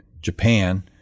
Japan